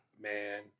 Man